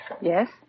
Yes